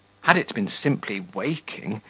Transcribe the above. had it been simply waking,